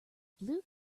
blue